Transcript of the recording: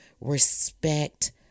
respect